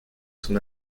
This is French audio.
son